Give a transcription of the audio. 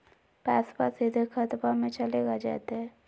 पैसाबा सीधे खतबा मे चलेगा जयते?